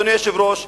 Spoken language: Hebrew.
אדוני היושב-ראש,